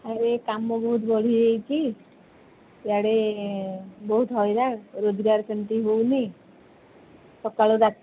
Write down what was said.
ଆଉ ଏଇ କାମ ବହୁତ ବଢ଼ି ଯାଇଛି ଗାଡ଼ି ବହୁତ ହଇରାଣ ରୋଜଗାର ସେମତି ହେଉନି ସକାଳୁ ରାତ